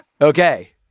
Okay